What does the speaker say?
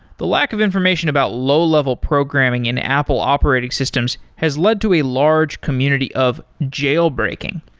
the lack of information about low-level programming in apple operating systems has led to a large community of jailbreaking,